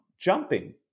jumping